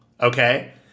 okay